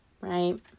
right